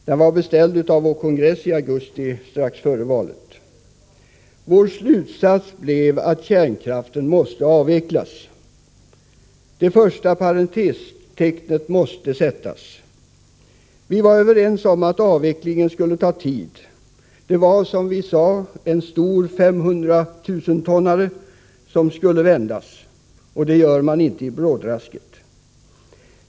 Den var beställd av vår kongress i augusti strax före valet. Vår slutsats blev att kärnkraften måste avvecklas. Det första parentestecknet måste sättas. Vi var överens om att avvecklingen skulle ta tid. Det var en stor femhundratusentonnare som skulle vändas. Det gör man inte i brådrasket.